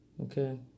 Okay